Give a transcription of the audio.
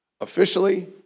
Officially